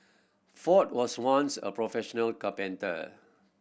ford was once a professional carpenter